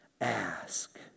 ask